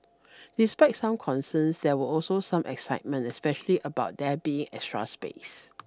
despite some concerns there were also some excitement especially about there being extra space